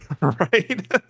right